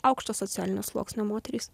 aukšto socialinio sluoksnio moterys